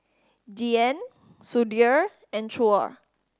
Dhyan Sudhir and Choor